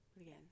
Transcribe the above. Again